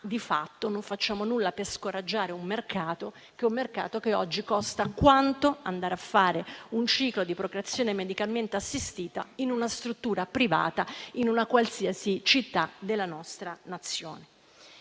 di fatto non facciamo nulla per scoraggiare un mercato che oggi costa quanto andare a fare un ciclo di procreazione medicalmente assistita in una struttura privata in una qualsiasi città della nostra Nazione